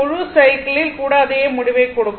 முழு சைக்கிளில் கூட அதே முடிவை கொடுக்கும்